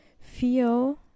feel